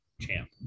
champ